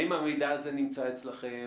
האם המידע הזה נמצא אצלכם?